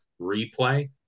replay